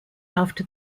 after